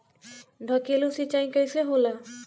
ढकेलु सिंचाई कैसे होला?